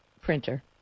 printer